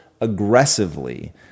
aggressively